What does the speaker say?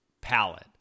palette